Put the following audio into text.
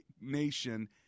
nation